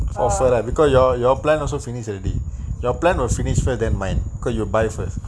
for sure lah because your your plan also finish already your plan will finished first then mine cause you buy first